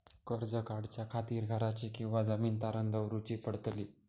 कर्ज काढच्या खातीर घराची किंवा जमीन तारण दवरूची पडतली?